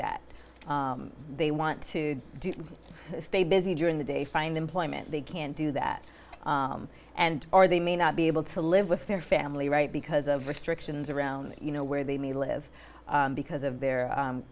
that they want to stay busy during the day find employment they can't do that and or they may not be able to live with their family right because of restrictions around you know where they may live because of their